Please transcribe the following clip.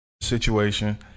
situation